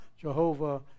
Jehovah